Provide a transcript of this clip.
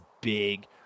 big